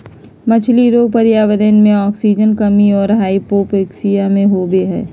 मछली रोग पर्यावरण मे आक्सीजन कमी और हाइपोक्सिया से होबे हइ